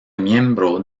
miembro